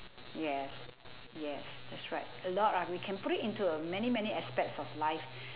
yes yes that's right a lot ah we can put it into uh many many aspects of life